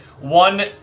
One